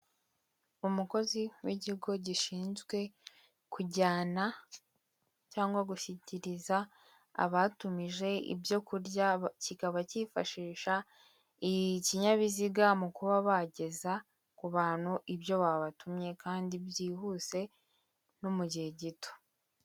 Umukozi w'ikigo gishinzwe kujyana cyangwa gushyikiriza abatumije ibyo kurya kikaba cyifashisha ikinyabiziga mu kuba bageza ku bantu ibyo babatumye kandi byihuse no mu gihe gito.